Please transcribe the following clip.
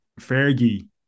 Fergie